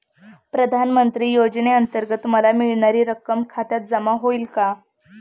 प्रधानमंत्री योजनेअंतर्गत मला मिळणारी रक्कम खात्यात जमा होईल का?